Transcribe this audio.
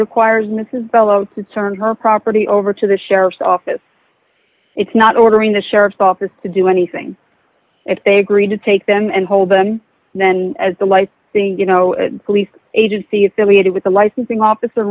requires mrs bello to turn her property over to the sheriff's office it's not ordering the sheriff's office to do anything if they agree to take them and hold them and then as the life thing you know police agency affiliated with the licensing officer